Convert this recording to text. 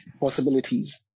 possibilities